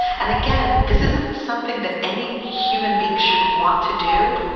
and again, this isn't something that any human being should want to do.